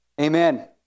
Amen